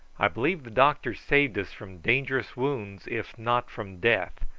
i believe the doctor saved us from dangerous wounds, if not from death,